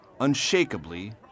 unshakably